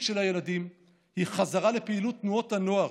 של הילדים היא חזרה לפעילות תנועות הנוער,